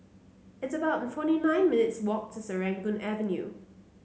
it's about forty nine minutes' walk to Serangoon Avenue